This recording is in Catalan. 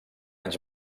anys